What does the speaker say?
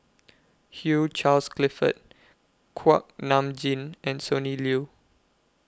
Hugh Charles Clifford Kuak Nam Jin and Sonny Liew